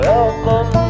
Welcome